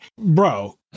bro